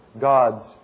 God's